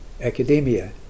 academia